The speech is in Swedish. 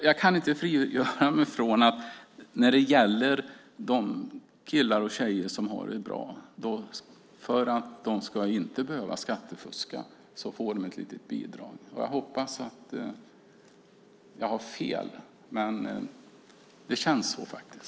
Jag kan inte frigöra mig från känslan att de killar och tjejer som har det bra får ett litet bidrag för att de inte ska behöva skattefuska. Jag hoppas att jag har fel, men det känns så.